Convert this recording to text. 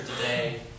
today